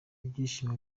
ibyishimo